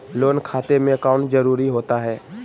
Loan खाते में account जरूरी होता है?